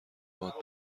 باد